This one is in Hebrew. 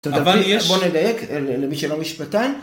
אבל יש. בוא נדייק למי שלא משפטן.